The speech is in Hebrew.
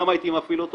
גם הייתי מפעיל,